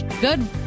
good